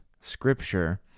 scripture